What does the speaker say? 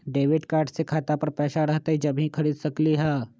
Debit card से खाता पर पैसा रहतई जब ही खरीद सकली ह?